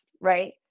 right